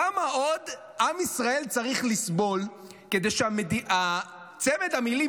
כמה עוד עם ישראל צריך לסבול כדי שצמד המילים